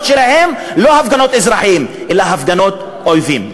שלהם אינן הפגנות אזרחים אלא הפגנות אויבים.